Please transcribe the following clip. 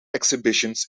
exhibitions